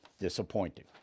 Disappointing